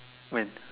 when